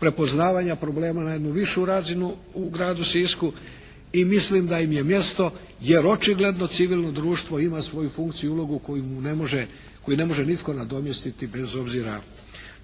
prepoznavanja problema na jednu višu razinu u gradu Sisku i mislim da im je mjesto jer očigledno civilno društvo ima svoju funkciju i ulogu koju mu ne može, koju ne može nitko nadomjestiti bez obzira.